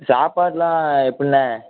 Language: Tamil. சாப்பாடுலாம் எப்புடிண்ண